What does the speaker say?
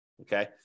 Okay